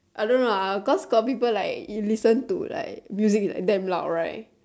I don't know ah cause got people ah listen to music damn loud right